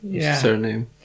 surname